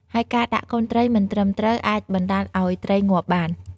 ហើយការដាក់កូនត្រីមិនត្រឹមត្រូវអាចបណ្តាលឱ្យត្រីងាប់បាន។